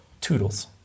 toodles